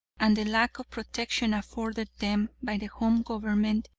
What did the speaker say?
and the lack of protection afforded them by the home government,